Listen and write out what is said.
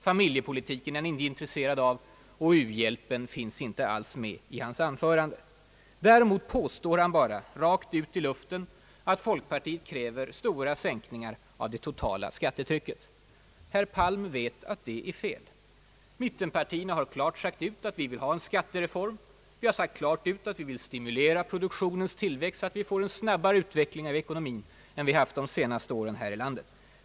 Familjepolitiken tycks han inte vara intresserad av, och u-hjälpen finns inte alls med i hans anförande. Däremot påstår han bara rakt ut i luften att folkpartiet kräver stora sänkningar av det totala skattetrycket. Herr Palm vet att detta påstående är felaktigt. Mittenpartierna har klart sagt ut att de vill ha en skattereform. Vi vill stimulera produktionens tillväxt, så att det sker en snabbare utveckling av ekonomin här i landet än under de senaste åren.